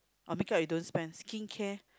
oh makeup you don't spend skincare